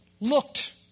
looked